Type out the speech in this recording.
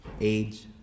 Age